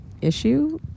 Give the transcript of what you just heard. Issue